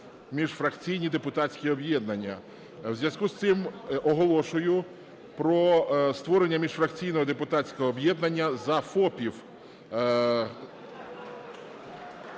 міжфракційні депутатські об'єднання. У зв'язку з цим оголошую про створення міжфракційного депутатського об'єднання "За ФОПів".